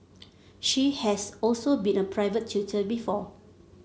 she has also been a private tutor before